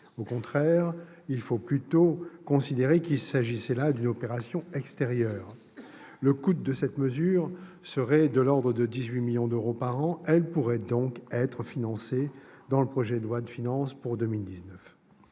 Au contraire, il faut plutôt considérer qu'il s'agissait là d'une opération extérieure. Le coût de cette mesure serait de l'ordre de 18 millions d'euros par an ; elle pourrait donc être financée dans le projet de loi de finances pour 2019.